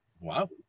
Wow